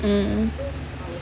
mm